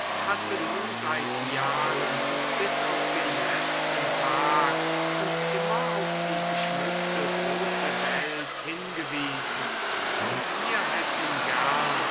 hatte nun seit jahren und bis auf den letzten tag uns immer auf die geschmückte große welt hingewiesen und wir hätten gern